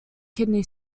kidney